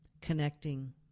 connecting